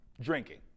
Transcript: drinking